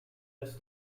has